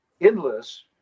endless